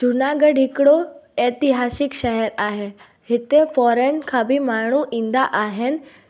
जूनागढ़ हिकिड़ो एतिहासिक शहरु आहे हिते फौरन खां बि माण्हू ईंदा आहिनि